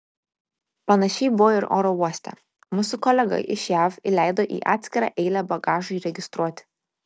panašiai buvo ir oro uoste mus su kolega iš jav įleido į atskirą eilę bagažui registruoti